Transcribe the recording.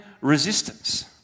resistance